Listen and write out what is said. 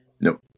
Nope